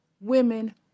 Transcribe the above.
women